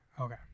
Okay